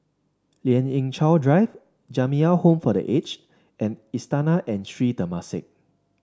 Lien Ying Chow Drive Jamiyah Home for The Aged and Istana and Sri Temasek